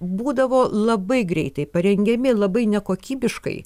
būdavo labai greitai parengiami labai nekokybiškai